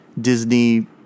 Disney